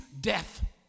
death